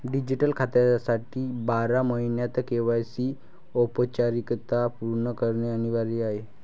digital खात्यासाठी बारा महिन्यांत के.वाय.सी औपचारिकता पूर्ण करणे अनिवार्य आहे